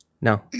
No